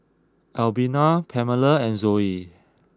Albina Pamela and Zoe